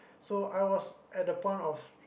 so I was at a point of